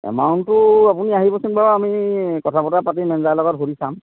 এমাউণ্টটো আপুনি আহিবচোন বাৰু আমি কথা বতৰা পাতি মেনেজাৰৰ লগত সুধি চাম